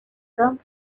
come